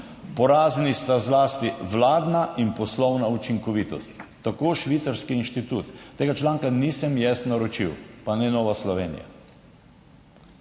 Porazni sta zlasti vladna in poslovna učinkovitost, tako švicarski inštitut. Tega članka nisem jaz naročil pa ne Nova Slovenija.